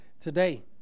today